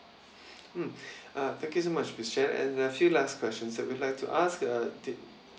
mm uh thank you so much miss jan and uh few last questions would like to ask uh did